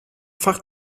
fach